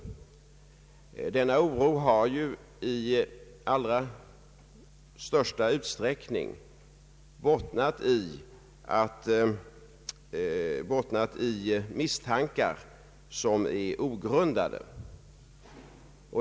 Denna oro har ju i allra största utsträckning bottnat i misstankar som är ogrundade.